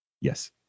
Yes